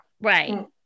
Right